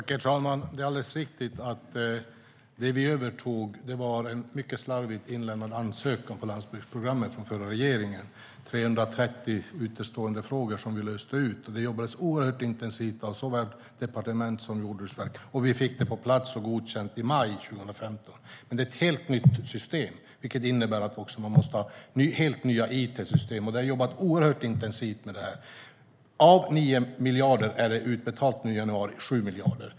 Herr talman! Det är alldeles riktigt att det vi övertog var en mycket slarvigt inlämnad ansökan till landsbygdsprogrammet av den förra regeringen. Det var 330 utestående frågor som vi löste ut, och det jobbades oerhört intensivt av såväl departement som jordbruksverk. Vi fick det på plats och godkänt i maj 2015. Men det är ett helt nytt system, vilket innebär att man måste ha helt nya it-system. Vi har jobbat oerhört intensivt med det här. Av 9 miljarder är 7 miljarder utbetalt nu i januari.